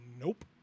nope